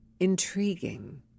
intriguing